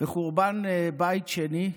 וחורבן בית שני,